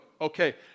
Okay